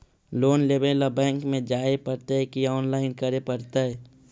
Loan लेवे ल bank में जाय पड़तै कि औनलाइन करे पड़तै?